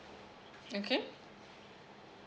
okay